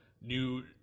new